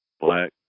Black